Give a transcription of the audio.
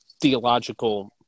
theological